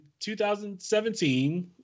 2017